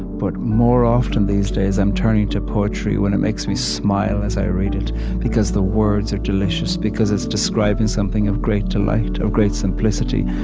but more often, these days, i'm turning to poetry when it makes me smile as i read it because the words are delicious, because it's describing something of great delight, of great simplicity,